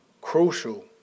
crucial